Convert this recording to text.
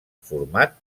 format